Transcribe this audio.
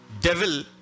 devil